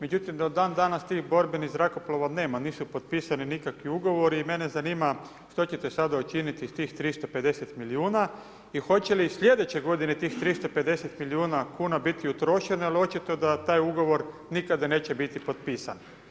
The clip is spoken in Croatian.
Međutim, do dan danas tih borbenih zrakoplova nema, nisu potpisani nikakvi ugovori i mene zanima što ćete sada učiniti s tih 350 milijuna, i hoće li sljedeće g. tih 350 milijuna kn biti utrošeno, jer očito da taj ugovor nikada neće biti potpisan.